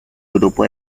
grupo